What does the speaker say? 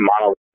model